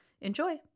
Enjoy